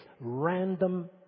Random